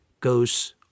goes